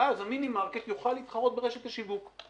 ואז המינימרקט יוכל להתחרות ברשת השיווק.